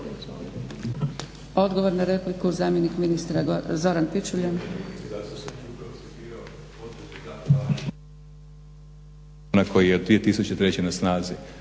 Odgovor na repliku, zamjenik ministra Zoran Pičuljan.